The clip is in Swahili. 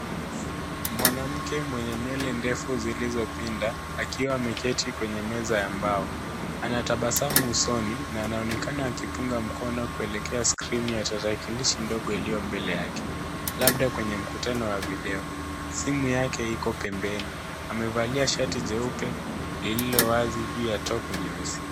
Mwanamke mwenye nywele ndefu zilizopinda akiwa ameketi kwenye meza ya mbao. Ana tabasamu usoni na anaonekana akipunga mkono kuelekea skrini ya tarakilishi ndogo iliyo mbele yake labda kwenye mkutano wa video. Simu yake iko pembeni. Amevalia shati jeupe lililowazi juu ya topu nyeusi.